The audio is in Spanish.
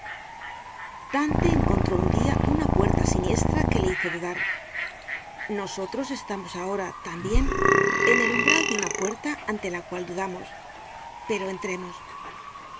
dante encontró un dia una puerta siniestra que le hizo dudar nosotros estamos ahora tambien en el umbral de una puerta ante la cual dudamos pero entremos poco